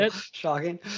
shocking